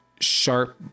sharp